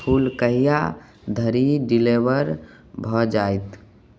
फूल कहिआ धरि डिलीवर भऽ जायत